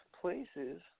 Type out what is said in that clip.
places